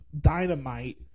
Dynamite